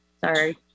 sorry